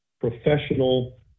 professional